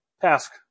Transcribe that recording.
task